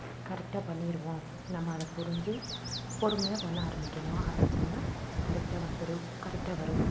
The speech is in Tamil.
கரெக்டாக பண்ணிடுவோம் நம்ம அதை புரிஞ்சு பொறுமையாக பண்ண ஆரம்பிக்கணும் ஆரம்பித்தோமுன்னா கரெக்டாக வந்துடும் கரெக்டாக வரும்